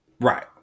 Right